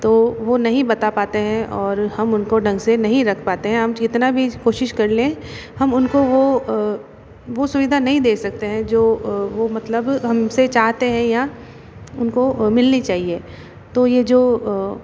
तो वो नहीं बता पाते हैं और हम उनको ढंग से नहीं रख पाते हैं हम कितना भी कोशिश कर लें हम उनको वो वो सुविधा नहीं दे सकते हैं जो वो मतलब हमसे चाहते हैं या उनको मिलनी चाहिए तो ये जो